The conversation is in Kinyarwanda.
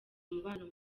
umubano